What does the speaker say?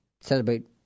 celebrate